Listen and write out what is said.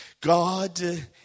God